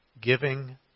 Giving